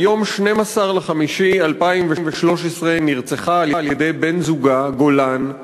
שביום 12 במאי 2012 נרצחה על-ידי בן זוגה, גולן,